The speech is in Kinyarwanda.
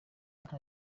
nta